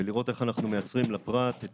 ולראות איך אנחנו מייצרים לפרט את